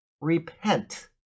repent